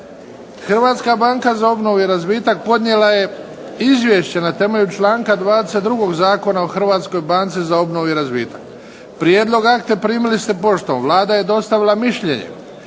Hrvatska banka za obnovu i razvitak podnijela je Izvješće na temelju članka 22. Zakona o Hrvatskoj banci za obnovu i razvitak. Prijedlog akta primili ste poštom. Vlada je dostavila mišljenje.